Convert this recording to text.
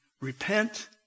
repent